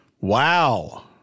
Wow